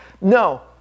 No